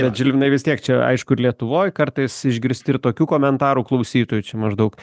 bet žilvinai vis tiek čia aišku ir lietuvoj kartais išgirsti ir tokių komentarų klausytojų čia maždaug